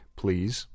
please